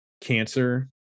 Cancer